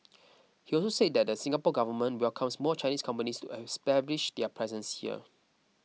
he also said the Singapore Government welcomes more Chinese companies to establish their presence here